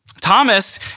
Thomas